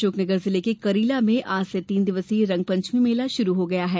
अशोकनगर जिले के करीला में आज से तीन दिवसीय मेला शुरू हो गया है